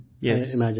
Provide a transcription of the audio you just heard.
Yes